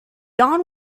don